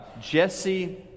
Jesse